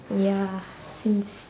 ya since